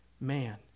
man